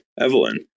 Evelyn